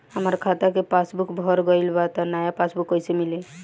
हमार खाता के पासबूक भर गएल बा त नया पासबूक कइसे मिली?